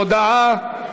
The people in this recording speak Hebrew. הודעה.